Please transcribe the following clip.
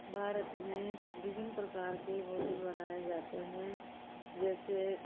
भारत में विभिन्न प्रकार के भोजन बनाए जाते हैं जैसे